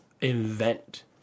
invent